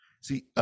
See